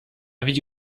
widzi